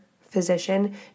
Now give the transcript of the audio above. physician